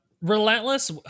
Relentless